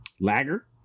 Lager